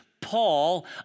Paul